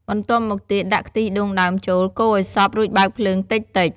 បន្ទាប់មកទៀត ដាក់ខ្ទិះដូងដើមចូល កូរឲ្យសព្វ រួចបើកភ្លើងតិចៗ។